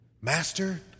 Master